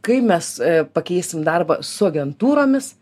kaip mes pakeisim darbą su agentūromis